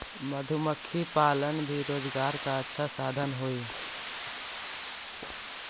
मधुमक्खी पालन भी रोजगार का अच्छा साधन हई